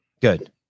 good